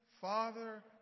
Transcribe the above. Father